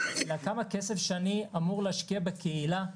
אלא כמה כסף אני אמור להשקיע בקהילה.